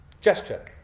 Gesture